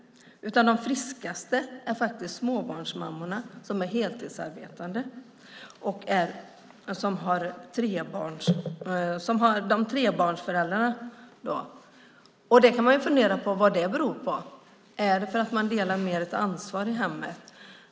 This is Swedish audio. De friskaste är faktiskt de heltidsarbetande småbarnsmammorna - trebarnsföräldrarna. Vad beror det på? Är det för att ansvaret delas i hemmet?